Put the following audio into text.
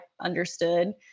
understood